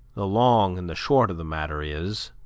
the long and the short of the matter is,